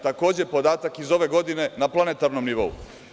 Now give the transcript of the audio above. Takođe, podatak iz ove godine na planetarnom nivou.